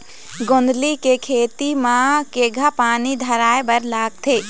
गोंदली के खेती म केघा पानी धराए बर लागथे?